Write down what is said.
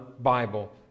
Bible